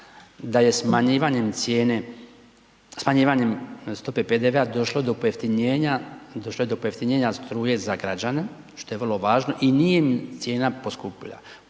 da je smanjivanjem stope PDV-a došlo do pojeftinjenja struje za građane, što je vrlo važno i nije im cijena poskupila,